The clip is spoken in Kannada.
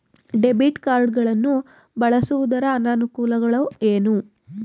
ಡೆಬಿಟ್ ಕಾರ್ಡ್ ಗಳನ್ನು ಬಳಸುವುದರ ಅನಾನುಕೂಲಗಳು ಏನು?